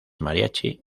mariachi